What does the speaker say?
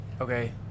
Okay